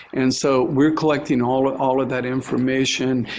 and so, we're collecting all all of that information.